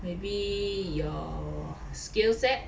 maybe your skillset